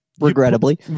Regrettably